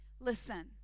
listen